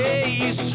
Days